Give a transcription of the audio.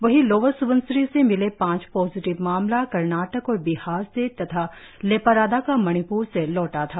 वहीं लोअर सुबनसिरी से मिले पांच पॉजिटिव मामला कर्नाटक और बिहार से तथा लेपा राडा का मणिप्र से लौटा था